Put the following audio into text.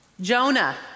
Jonah